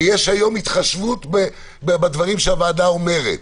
ויש היום התחשבות בדברים שהוועדה אומרת.